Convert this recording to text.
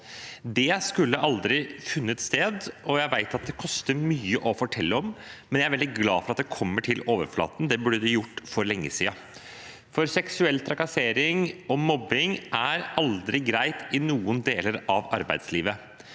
Det skulle aldri ha funnet sted, og jeg vet at det koster mye å fortelle om det, men jeg er veldig glad for at det kommer til overflaten. Det burde det gjort for lenge siden. Seksuell trakassering og mobbing er aldri greit i noen deler av arbeidslivet,